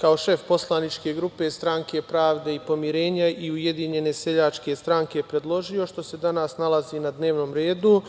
kao šef poslaničke grupe Stranke pravde i pomirenja i Ujedinjene seljačke stranke predložio, što se danas nalazi na dnevnom redu.